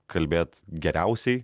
kalbėt geriausiai